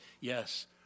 yes